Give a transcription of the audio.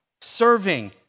serving